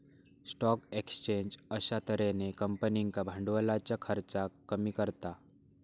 stock exchange अश्या तर्हेन कंपनींका भांडवलाच्या खर्चाक कमी करता